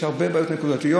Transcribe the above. יש הרבה בעיות נקודתיות.